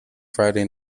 friday